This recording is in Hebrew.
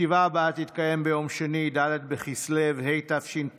הישיבה הבאה תתקיים ביום שני, ד' בכסלו התשפ"ג,